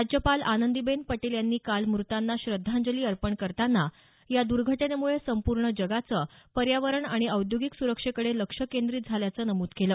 राज्यपाल आनंदीबेन पटेल यांनी काल मृतांना श्रद्धांजली अर्पण करताना या दुर्घटनेमुळे संपूर्ण जगाचं पर्यावरण आणि औद्योगिक सुरक्षेकडे लक्ष केंद्रीत झाल्याचं नमूद केलं